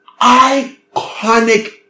iconic